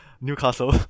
Newcastle